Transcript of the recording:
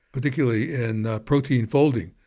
particularly in protein folding,